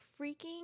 freaking